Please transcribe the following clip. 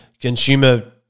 consumer